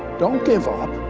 don't give up.